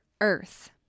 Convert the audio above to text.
earth